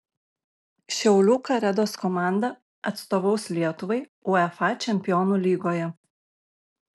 šiaulių karedos komanda atstovaus lietuvai uefa čempionų lygoje